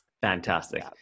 Fantastic